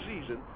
season